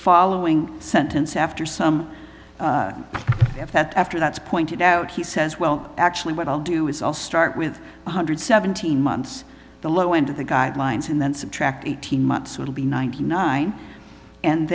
following sentence after some of that after that's pointed out he says well actually what i'll do is all start with one hundred seventeen months the low end of the guidelines and then subtract eighteen months will be ninety nine and